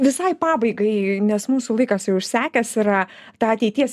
visai pabaigai nes mūsų laikas jau išsekęs yra ta ateities